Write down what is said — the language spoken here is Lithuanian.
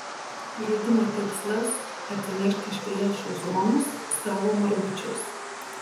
žaidimo tikslas atsinešti iš priešų zonos savo margučius